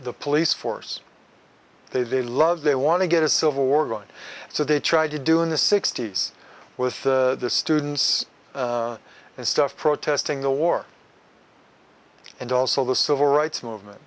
the police force they they love they want to get a civil war going so they tried to do in the sixty's with the students and stuff protesting the war and also the civil rights movement